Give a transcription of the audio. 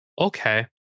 okay